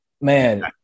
Man